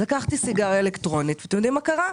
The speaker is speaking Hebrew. לקחתי סיגריה אלקטרונית ואתם יודעים מה קרה?